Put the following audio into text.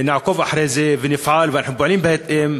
שנעקוב אחרי זה ונפעל, ואנחנו פועלים בהתאם,